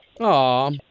Aw